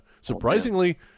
surprisingly